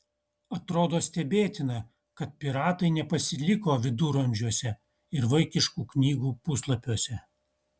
atrodo stebėtina kad piratai nepasiliko viduramžiuose ir vaikiškų knygų puslapiuose